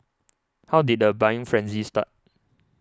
how did the buying frenzy start